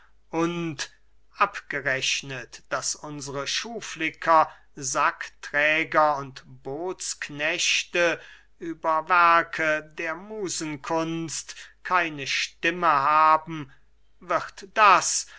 abgerechnet daß unsre schuhflicker sackträger und bootsknechte über werke der musenkunst keine stimme haben wird das